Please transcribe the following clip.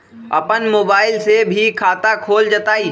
अपन मोबाइल से भी खाता खोल जताईं?